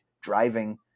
driving